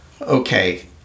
okay